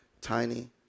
tiny